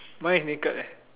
mine is naked eh